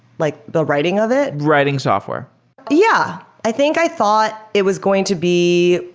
like the writing of it? writing software yeah. i think i thought it was going to be